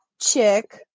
chick